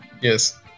Yes